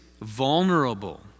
vulnerable